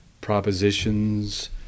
propositions